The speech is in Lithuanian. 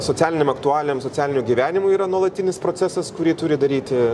socialinėm aktualijom socialiniu gyvenimu yra nuolatinis procesas kurį turi daryti